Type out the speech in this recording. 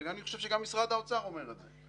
ואני חושב שגם משרד האוצר אומר את זה,